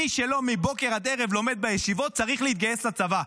מי שלא לומד בישיבות מבוקר עד ערב צריך להתגייס לצבא.